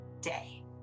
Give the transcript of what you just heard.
day